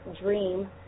Dream